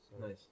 Nice